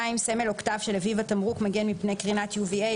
(2)סמל או כתב שלפיו התמרוק מגן מפני קרינת UVA,